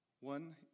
One